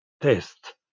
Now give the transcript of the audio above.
test